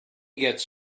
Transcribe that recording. gets